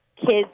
kids